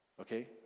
okay